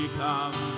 come